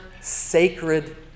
sacred